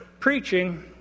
Preaching